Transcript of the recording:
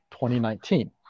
2019